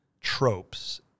tropes